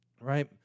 right